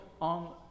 on